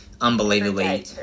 unbelievably